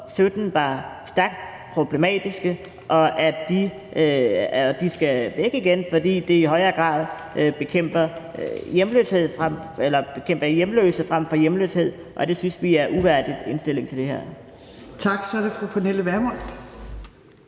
var stærkt problematiske, og at de skal væk igen, fordi det i højere grad bekæmper hjemløse frem for hjemløshed, og det synes vi er en uværdig indstilling til det her.